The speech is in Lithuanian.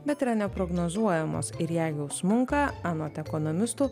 bet yra neprognozuojamos ir jeigu smunka anot ekonomistų